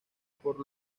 por